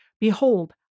Behold